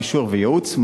גישור וייעוץ.